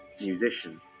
musician